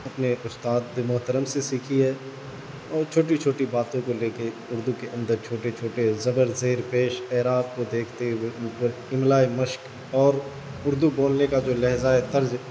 اپنے استاد محترم سے سیکھی ہے اور چھوٹی چھوٹی باتوں کو لے کے اردو کے اندر چھوٹے چھوٹے زبر زیر پیش اعراب کو دیکھتے ہوئے ان پر املائے مشق اور اردو بولنے کا جو لہجۂ طرز